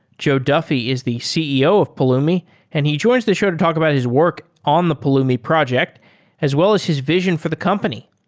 joe duffy is the ceo of pulumi and he joins the show to talk about his work on the pulumi project as well as his vision for the company.